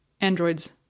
androids